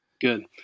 Good